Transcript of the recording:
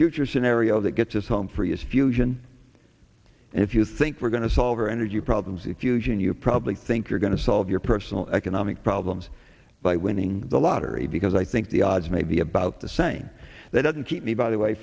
future scenario that gets us home free is fusion and if you think we're going to solve our energy problems if huge and you probably think you're going to solve your personal economic problems by winning the lottery because i think the odds may be about the same that doesn't keep me by the way